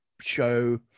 show